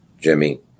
Jimmy